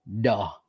Duh